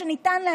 שנותן פחות שקט